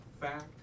fact